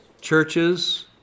Churches